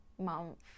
month